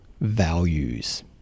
values